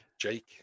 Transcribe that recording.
Jake